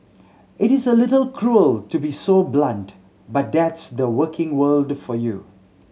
it is a little cruel to be so blunt but that's the working world for you